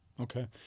Okay